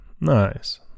Nice